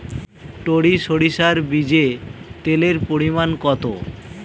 টরি সরিষার বীজে তেলের পরিমাণ কত?